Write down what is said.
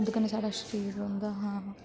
ओह्दे कन्नै साढ़ा शरीर रौंहदा हां